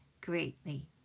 greatly